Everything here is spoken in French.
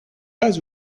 pas